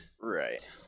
Right